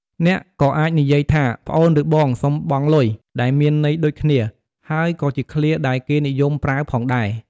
អ្នកក៏អាចនិយាយថា "ប្អូនឬបង សុំបង់លុយ" ដែលមានន័យដូចគ្នា ហើយក៏ជាឃ្លាដែលគេនិយមប្រើផងដែរ។